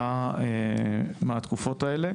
מה התקופות האלה.